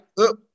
up